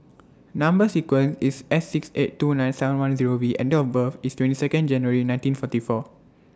Number sequence IS S six eight two nine seven one Zero V and Date of birth IS twenty Second January nineteen forty four